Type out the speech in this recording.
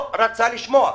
הוא לא רצה לשמוע.